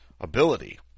ability